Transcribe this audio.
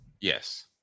Yes